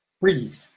Breathe